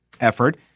effort